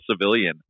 civilian